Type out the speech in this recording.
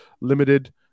limited